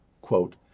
quote